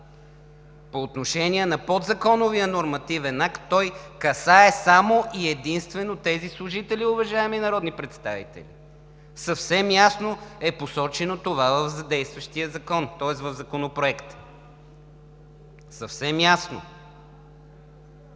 По отношение на подзаконовия нормативен акт – касае само и единствено тези служители, уважаеми народни представители. Съвсем ясно това е посочено в действащия Закон, тоест в Законопроекта. Съвсем ясно!